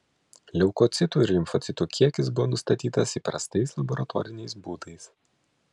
leukocitų ir limfocitų kiekis buvo nustatytas įprastais laboratoriniais būdais